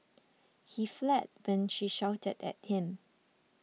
he fled when she shouted at him